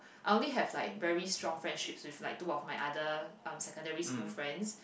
I only have like very strong friendship with two of my other secondary school friends